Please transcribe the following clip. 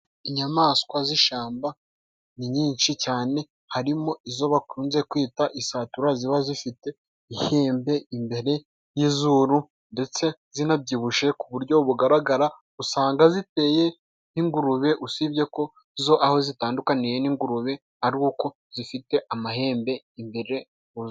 Inyamaswa z'ishyamba ni nyinshi cyane. Harimo izo bakunze kwita isatura ziba zifite ihembe imbere y'izuru ndetse zinabyibushye ku buryo bugaragara. Usanga ziteye nk'ingurube usibye ko zo, aho zitandukaniye n'ingurube ari uko zifite amahembe imbere ku zuru.